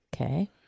Okay